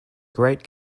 great